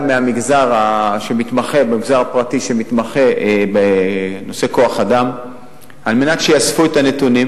מהמגזר הפרטי שמתמחה בנושא כוח-אדם על מנת שיאספו את הנתונים